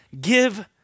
give